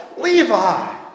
Levi